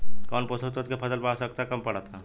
कौन पोषक तत्व के फसल पर आवशयक्ता कम पड़ता?